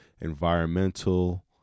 environmental